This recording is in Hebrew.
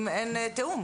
אם אין תיאום?